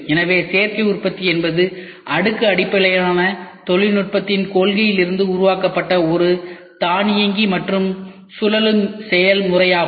எனவே சேர்க்கை உற்பத்தி என்பது அடுக்கு அடிப்படையிலான தொழில்நுட்பத்தின் கொள்கையிலிருந்து உருவாக்கப்பட்ட ஒரு தானியங்கி மற்றும் சுழலும் செயல்முறையாகும்